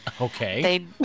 Okay